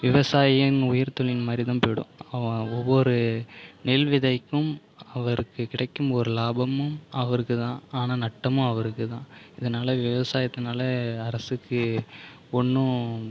விவசாயின் உயிர்துளி மாதிரி தான் போய்விடும் அவன் ஒவ்வொரு நெல் விதைக்கும் அவருக்கு கிடைக்கும் ஒரு லாபமும் அவருக்கு தான் ஆனால் நஷ்டமும் அவருக்கு தான் இதனால் விவசாயத்துனால் அரசுக்கு ஒன்றும்